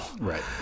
Right